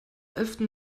elften